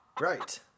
Right